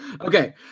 Okay